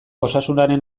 osasunaren